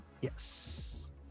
Yes